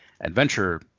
adventure